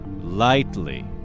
lightly